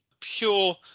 pure